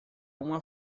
uma